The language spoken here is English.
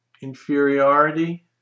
inferiority